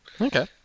Okay